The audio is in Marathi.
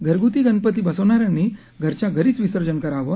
घरगुती गणपती बसवणा यांनी घरच्या घरीच विसर्जन करावं